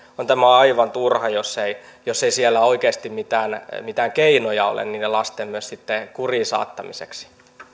on aivan turha jos ei jos ei siellä oikeasti mitään mitään keinoja ole niiden lasten myös sitten kuriin saattamiseksi